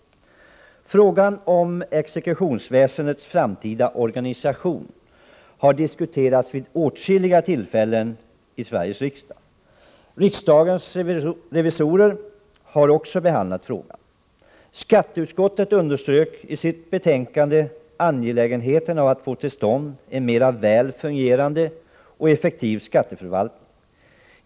Frågan om exekutionsväsendets framtida organisation har diskuterats vid åtskilliga tillfällen i Sveriges riksdag. Riksdagens revisorer har också behandlat frågan. Skatteutskottet underströk i sitt betänkande angelägenheten av att få till stånd en mera väl fungerande och effektivare skatteförvaltning.